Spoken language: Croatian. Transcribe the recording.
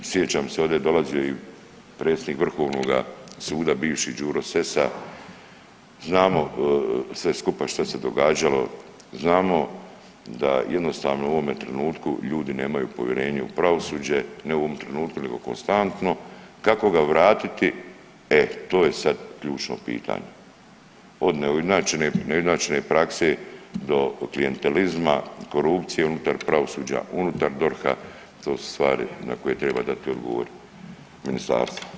Sjećam se ovdje je dolazio i predsjednik vrhovnoga suda bivši Đuro Sesa, znamo sve skupa šta se događalo, znamo da jednostavno u ovome trenutku ljudi nemaju povjerenje u pravosuđe, ne u ovom trenutku nego konstantno, kako ga vratiti, e to je sad ključno pitanje, od neujednačene, neujednačene prakse do klijentelizma, korupcije unutar pravosuđa, unutar DORH-a, to su stvari na koje treba dati odgovor ministarstva.